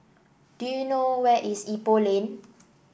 do you know where is Ipoh Lane